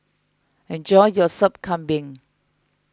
enjoy your Sop Kambing